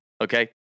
okay